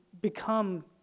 become